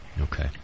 Okay